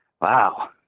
Wow